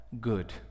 good